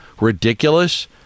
ridiculous